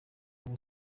ubu